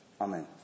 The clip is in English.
Amen